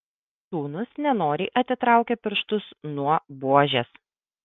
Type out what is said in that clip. sūnus nenoriai atitraukė pirštus nuo buožės